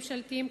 ממשלתיים,